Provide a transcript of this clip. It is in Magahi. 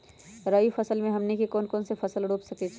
रबी फसल में हमनी के कौन कौन से फसल रूप सकैछि?